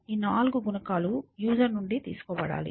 ఈ నాలుగు గుణకాలు యూజర్ నుండి తీసుకోబడాలి